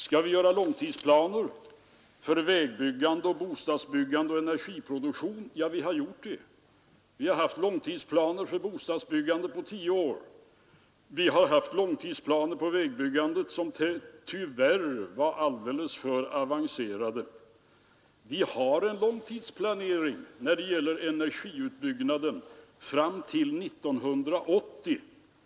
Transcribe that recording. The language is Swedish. Skall vi göra långtidsplaner för vägbyggande, bostadsbyggande och energiproduktion? Ja, vi har gjort det. Vi har långtidsplaner för bostadsbyggande på tio år. Vi har haft långtidsplaner också för vägbyggandet, som tyvärr var alldeles för avancerade. Vi har en långtidsplanering när det gäller energiutbyggnaden fram till 1980,